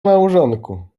małżonku